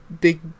big